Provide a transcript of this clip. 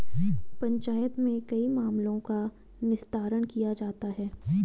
पंचायत में कई मामलों का निस्तारण किया जाता हैं